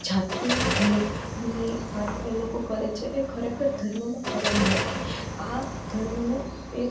જાતિભેદની વાત એ લોકો કરે છે એ ખરેખર ધર્મમાં કરેલી નથી આ ધર્મનું એ